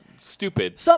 stupid